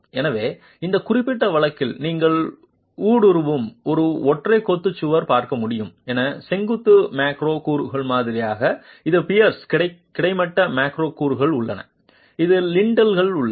எனவே இந்த குறிப்பிட்ட வழக்கில் நீங்கள் ஊடுருவும் ஒரு ஒற்றை கொத்து சுவர் பார்க்க முடியும் என செங்குத்து மேக்ரோ கூறுகள் மாதிரியாக இது பியர்ஸ் கிடைமட்ட மேக்ரோ கூறுகள் உள்ளன இது லிண்டல்ஸ் உள்ளன